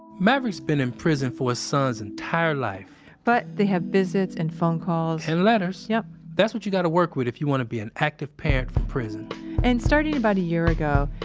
maverick's been in prison for his son's entire life but they have visits and phone calls and letters yep that's what you got to work with if you want to be an active parent from prison and starting about a year ago,